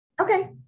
Okay